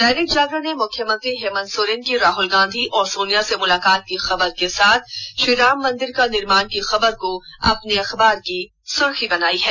दैनिक जागरण ने मुख्यमंत्री हेमन्त सोरेन की राहुल गांधी और सोनिया से मुलाकात की खबर के साथ श्री राम मंदिर का निर्माण की खबर को अपने अखबार की सुर्खी बनाई है